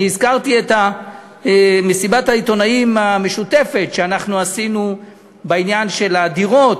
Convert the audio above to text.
אני הזכרתי את מסיבת העיתונאים המשותפת שאנחנו עשינו בעניין של הדירות.